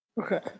Okay